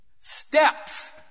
steps